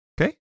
Okay